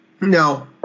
No